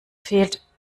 fehlt